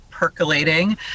percolating